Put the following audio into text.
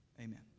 Amen